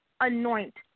anoint